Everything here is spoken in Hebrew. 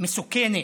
מסוכנת,